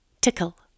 tickle